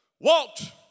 walked